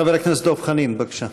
חבר הכנסת דב חנין, בבקשה.